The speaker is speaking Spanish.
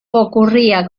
ocurría